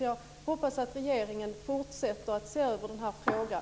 Jag hoppas att regeringen fortsätter att se över den här frågan.